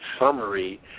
summary